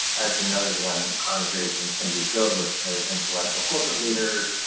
as you noted, when congregations can be filled with fairly influential corporate leaders,